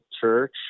church